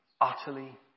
utterly